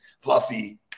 fluffy